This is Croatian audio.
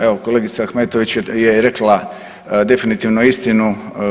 Evo kolegica Ahmetović je rekla definitivno istinu.